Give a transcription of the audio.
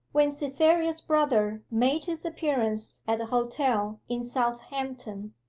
when cytherea's brother made his appearance at the hotel in southampton,